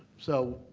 so,